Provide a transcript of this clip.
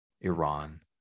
Iran